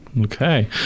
okay